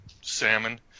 salmon